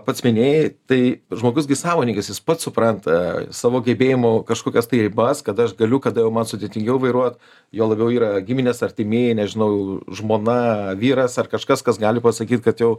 pats minėjai tai žmogus gi sąmoningas jis pats supranta savo gebėjimų kažkokias tai ribas kada aš galiu kada jau man sudėtingiau vairuot juo labiau yra giminės artimieji nežinau žmona vyras ar kažkas kas gali pasakyt kad jau